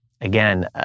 again